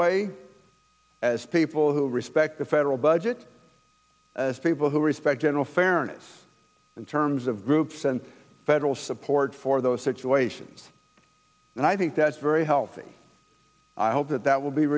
way as people who respect the federal budget people who respect general fairness in terms of groups and federal support for those situations and i think that's very healthy i hope that that will be